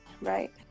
Right